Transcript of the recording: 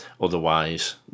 otherwise